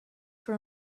for